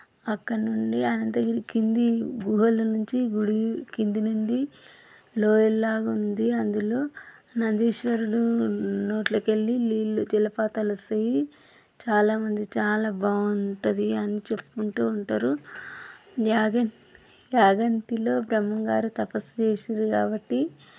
అక్కడ్నుండి అనంతగిరి కింది గుహలనుంచి గుడి కింది నుండి లోయలాగా ఉంది అందులో నందీశ్వరుడు నోట్లోకెళ్ళి నీళ్లు జలపాతాలు వస్తయి చాలా మందికి చాలా బాగుంటుంది అని చెప్పుకుంటూ ఉంటారు యాగం యాగంటిలో బ్రహ్మంగారు తపస్సు చేసారు కాబట్టి